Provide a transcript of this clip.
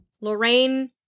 Lorraine